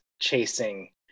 chasing